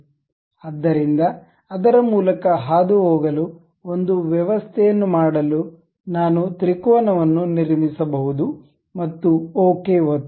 ಆದ್ದರಿಂದ ಅದರ ಮೂಲಕ ಹಾದುಹೋಗಲು ಒಂದು ವ್ಯವಸ್ಥೆಯನ್ನು ಮಾಡಲು ನಾನು ತ್ರಿಕೋನವನ್ನು ನಿರ್ಮಿಸಬಹುದು ಮತ್ತು ಓಕೆ ಒತ್ತಿ